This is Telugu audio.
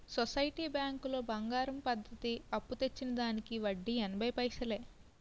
సొసైటీ బ్యాంకులో బంగారం పద్ధతి అప్పు తెచ్చిన దానికి వడ్డీ ఎనభై పైసలే